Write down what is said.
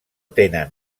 tenen